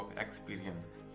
experience